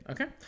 Okay